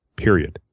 period.